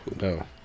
No